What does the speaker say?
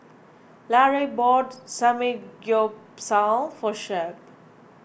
Larae bought Samgeyopsal for Shep